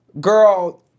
girl